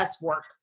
work